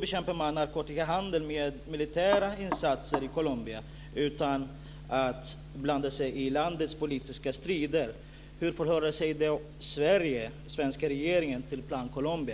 bekämpar man narkotikahandel med militära insatser i Colombia utan att blanda sig i landets politiska strider? Hur förhåller sig Sverige, den svenska regeringen, till Plan Colombia?